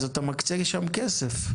אז אתה מקצה לשם כסף,